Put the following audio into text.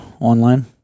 online